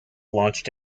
launched